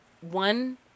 one